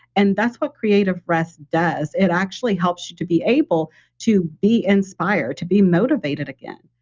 and that's what creative rest does. it actually helps you to be able to be inspired, to be motivated again.